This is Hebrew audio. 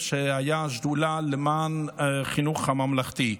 הייתה שדולה למען החינוך הממלכתי.